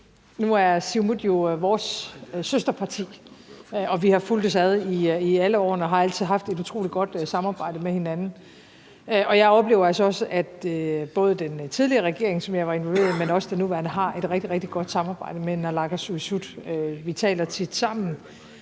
Nu er Siumut jo vores søsterparti, og vi har fulgtes ad i alle årene og har altid haft et utrolig godt samarbejde med hinanden. Jeg oplever altså også, at både den tidligere regering, som jeg var involveret i, men også den nuværende, har et rigtig, rigtig godt samarbejde med naalakkersuisut. Vi taler tit sammen